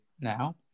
now